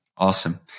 Awesome